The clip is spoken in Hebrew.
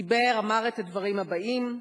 אמר את הדברים הבאים,